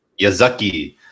Yazaki